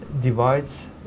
divides